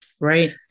Right